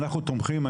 אנחנו תומכים.